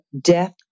death